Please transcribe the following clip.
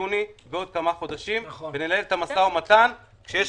יוני לעוד כמה חודשים ולנהל את המשא ומתן כאשר יש